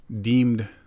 deemed